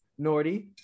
Nordy